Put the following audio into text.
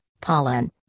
pollen